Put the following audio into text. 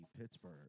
Pittsburgh